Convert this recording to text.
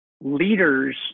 leaders